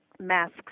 masks